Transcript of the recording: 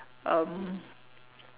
um